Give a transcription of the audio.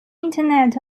internet